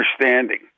Understanding